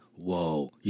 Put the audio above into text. Whoa